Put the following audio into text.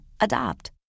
Adopt